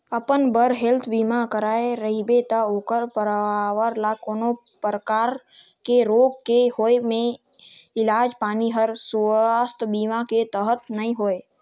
अपन बर हेल्थ बीमा कराए रिबे त ओखर परवार ल कोनो परकार के रोग के होए मे इलाज पानी हर सुवास्थ बीमा के तहत नइ होए